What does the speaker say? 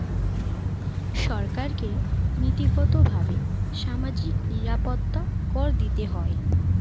সরকারকে নীতিগতভাবে সামাজিক নিরাপত্তা কর দিতে হয়